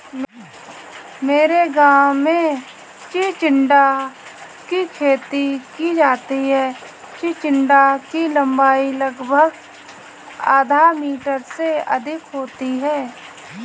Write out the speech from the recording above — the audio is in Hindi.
मेरे गांव में चिचिण्डा की खेती की जाती है चिचिण्डा की लंबाई लगभग आधा मीटर से अधिक होती है